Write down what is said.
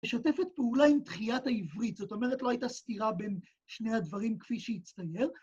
משתפת פעולה עם דחיית העברית, זאת אומרת לא הייתה סתירה בין שני הדברים כפי שהצטייר.